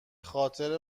خاطر